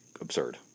absurd